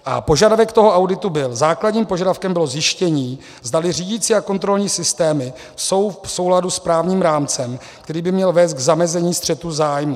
A požadavek auditu byl, základním požadavkem bylo zjištění, zdali řídicí a kontrolní systémy jsou v souladu s právním rámcem, který by měl vést k zamezení střetu zájmů.